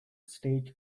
stage